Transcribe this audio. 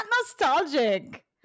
nostalgic